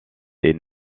est